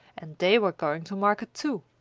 and they were going to market too.